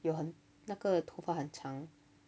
有很那个头发很长